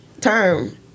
term